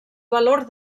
valor